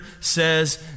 says